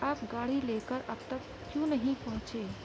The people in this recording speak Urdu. آپ گاڑی لے کر اب تک کیوں نہیں پہنچے